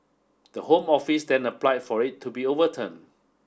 the Home Office then applied for it to be overturned